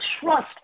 trust